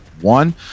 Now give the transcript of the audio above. one